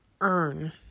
earn